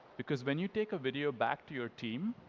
because when you take a video back to your team,